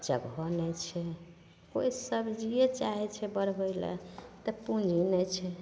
जगह नहि छै कोइ सबजिए चाहै छै बढ़बै ले तऽ पूँजी नहि छै